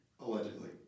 Allegedly